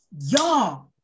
y'all